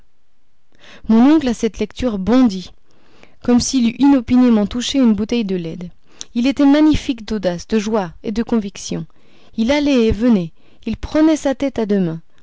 mon oncle à cette lecture bondit comme s'il eût inopinément touché une bouteille de leyde il était magnifique d'audace de joie et de conviction il allait et venait il prenait sa tête à deux mains